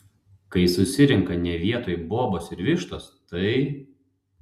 kai susirenka ne vietoj bobos ir vištos tai